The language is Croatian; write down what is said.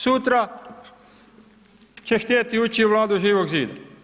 Sutra će htjeti ući u Vladu Živog zida.